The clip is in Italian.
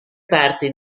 parti